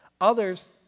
Others